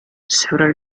several